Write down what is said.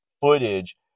footage